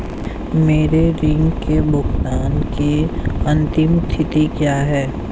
मेरे ऋण के भुगतान की अंतिम तिथि क्या है?